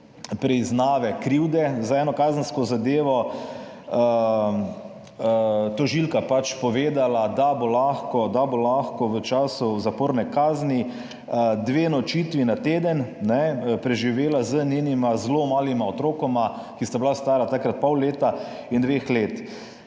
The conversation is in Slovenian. priznanja krivde za eno kazensko zadevo tožilka povedala, da bo lahko v času zaporne kazni dve nočitvi na teden preživela s svojima zelo malima otrokoma, ki sta bila stara takrat pol leta in dve leti.